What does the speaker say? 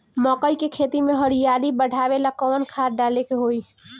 मकई के खेती में हरियाली बढ़ावेला कवन खाद डाले के होई?